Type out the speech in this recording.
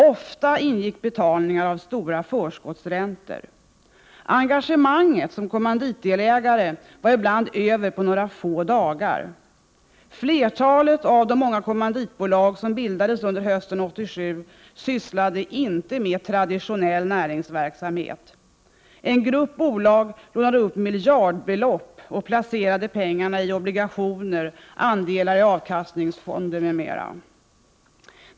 Ofta ingick betalningar av stora förskottsräntor. Engagemanget som kommanditdelägare var ibland över på några få dagar. Flertalet av de många kommanditbolag som bildades under hösten 1987 sysslade inte med traditionell näringsverksamhet. En grupp bolag lånade upp miljardbelopp och placerade dessa pengar i obligationer, andelar i avkastningsfonder m.m.